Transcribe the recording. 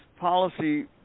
policy